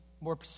more